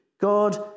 God